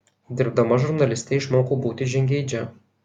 dirbdama žurnaliste išmokau būti žingeidžia